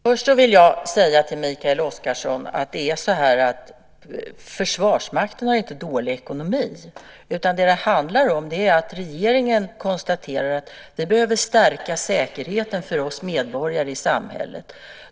Herr talman! Jag vill först till Mikael Oscarsson säga att Försvarsmakten inte har en dålig ekonomi utan att vad det handlar om är att regeringen konstaterar att säkerheten för oss medborgare i samhället behöver stärkas.